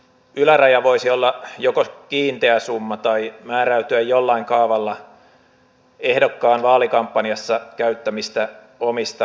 tämä yläraja voisi joko olla kiinteä summa tai määräytyä jollain kaavalla ehdokkaan vaalikampanjassa käyttämistä omista rahoista